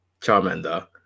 Charmander